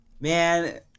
man